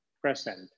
present